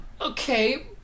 Okay